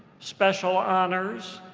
special honors,